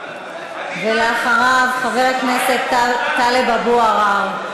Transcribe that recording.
ואחריו, חבר הכנסת טלב אבו עראר.